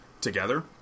together